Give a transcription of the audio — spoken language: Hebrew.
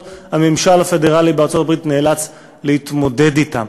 הממשל הפדרלי בארצות-הברית נאלץ להתמודד אתם.